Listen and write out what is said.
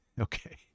Okay